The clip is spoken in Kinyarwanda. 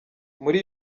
muri